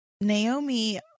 Naomi